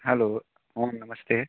hello आं नमस्ते